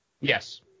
Yes